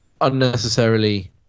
unnecessarily